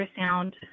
ultrasound